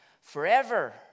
forever